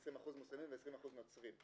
20% מוסלמים ו-20% נוצרים.